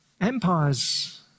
Empire's